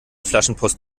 flaschenpost